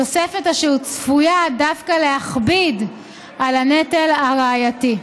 תוספת אשר צפויה דווקא להכביד את הנטל הראייתי.